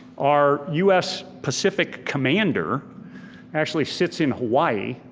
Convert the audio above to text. our us pacific commander actually sits in hawaii.